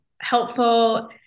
helpful